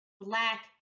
Black